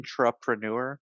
intrapreneur